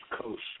Coast